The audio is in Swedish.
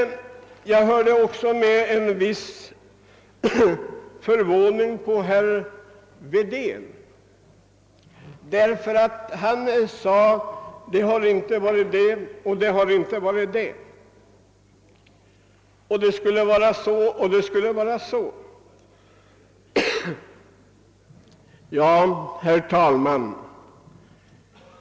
Jag hör också med en viss förvåning herr Wedén säga att både det ena och det andra hade utlovats av socialdemokratin men inte kommit till stånd. Herr talman!